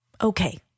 okay